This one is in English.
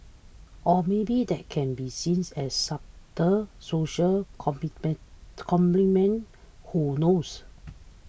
or maybe that can be seen as subtle social commentary commentary who knows